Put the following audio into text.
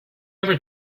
ever